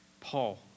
Paul